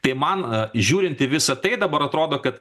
tai man žiūrint į visa tai dabar atrodo kad